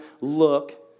look